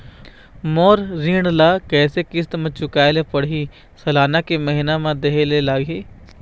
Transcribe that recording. मोर ऋण ला कैसे किस्त म चुकाए ले पढ़िही, सालाना की महीना मा देहे ले लागही?